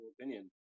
opinion